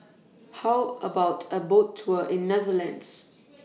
How about A Boat Tour in Netherlands